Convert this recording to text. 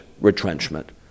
retrenchment